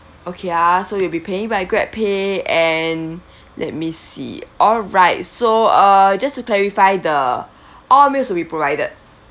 okay ah so you'll be paying by GrabPay and let me see alright so uh just to clarify the all meals will be provided